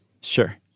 Sure